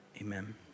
Amen